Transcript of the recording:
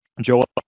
Joel